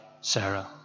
Sarah